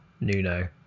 nuno